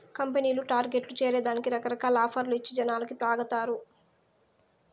కంపెనీలు టార్గెట్లు చేరే దానికి రకరకాల ఆఫర్లు ఇచ్చి జనాలని లాగతారు